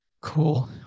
cool